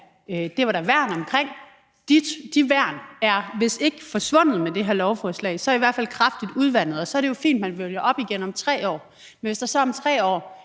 det var der værn omkring. De værn er, hvis ikke forsvundet med det her lovforslag, så i hvert fald kraftigt udvandet. Og så er det jo fint, at man følger op igen om 3 år, men hvis der så om 3 år